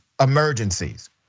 Emergencies